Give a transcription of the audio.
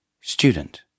Student